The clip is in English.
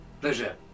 Pleasure